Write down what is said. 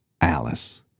Alice